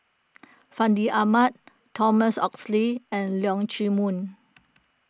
Fandi Ahmad Thomas Oxley and Leong Chee Mun